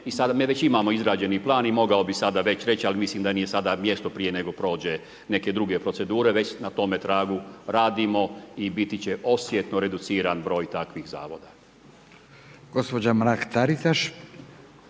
i sada mi već imamo izrađeni plan i mogao bih sada već reći, ali mislim da nije sada mjesto prije nego prođe neke druge procedure, već na tome tragu radimo i biti će osjetno reduciran broj takvih zavoda.